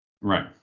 Right